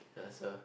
ya so